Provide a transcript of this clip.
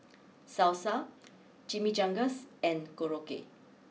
Salsa Chimichangas and Korokke